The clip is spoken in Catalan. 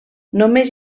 només